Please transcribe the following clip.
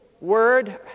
word